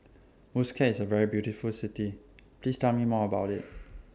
Muscat IS A very beautiful City Please Tell Me More about IT